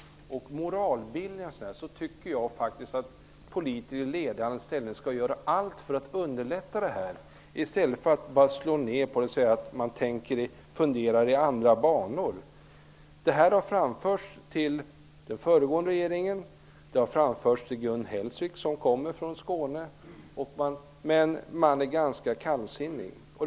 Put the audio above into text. Jag tycker faktiskt att politiker i ledande ställning skall göra allt för att underlätta för dem som vill ändra på attityder och moral i stället för att slå ned på det och säga att man funderar i andra banor. Det här förslaget har framförts till den föregående regeringen, och det har framförts till Gun Hellsvik, som kommer från Skåne, men alla har varit ganska kallsinniga.